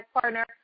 Partner